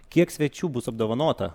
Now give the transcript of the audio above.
kiek svečių bus apdovanota